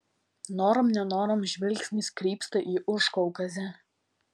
norom nenorom žvilgsnis krypsta į užkaukazę